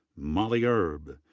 molly erb.